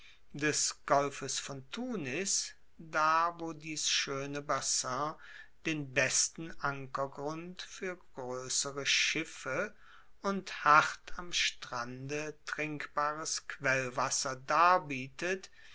des golfes von tunis da wo dies schoene bassin den besten ankergrund fuer groessere schiffe und hart am strande trinkbares quellwasser darbietet